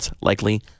likely